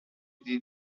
die